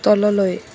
তললৈ